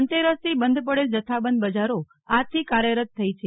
ધનતેરસથી બંધ પડેલ જથ્થાબંધ બજારો આજથી કાર્યરત થઇ છે